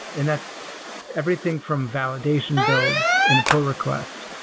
and that's everything from validation builds in a poll request,